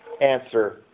answer